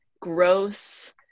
gross